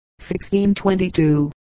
1622